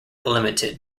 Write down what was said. limited